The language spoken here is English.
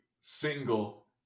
Single